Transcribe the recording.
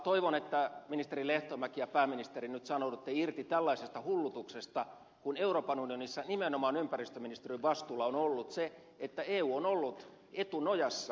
toivon että ministeri lehtomäki ja pääministeri nyt sanoudutte irti tällaisesta hullutuksesta kun euroopan unionissa nimenomaan ympäristöministeriön vastuulla on ollut se että eu on ollut etunojassa ilmastokysymyksissä